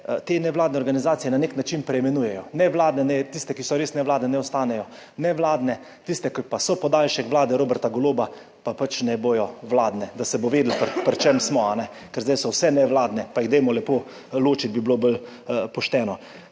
te nevladne organizacije na nek način preimenujejo. Tiste, ki so res nevladne, ne ostanejo nevladne. Tiste, ki pa so podaljšek vlade Roberta Goloba pa pač ne bodo vladne, da se bo vedelo, pri čem smo, ker zdaj so vse nevladne, pa jih dajmo lepo ločiti bi bilo bolj pošteno.